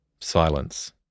Silence